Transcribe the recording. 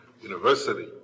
university